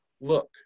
Look